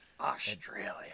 Australia